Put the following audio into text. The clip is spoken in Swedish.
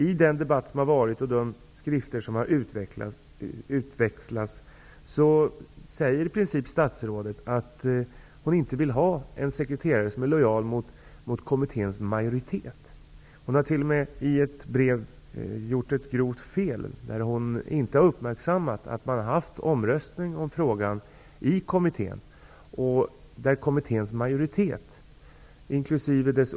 I den debatt som har förts och de skrifter som har utväxlats säger statsrådet i princip att hon inte vill ha en sekreterare som är lojal med kommitténs majoritet. Hon har t.o.m. i ett brev gjort ett grovt fel, när hon inte har uppmärksammat att kommittén haft en omröstning om frågan och där majoriteten, inkl.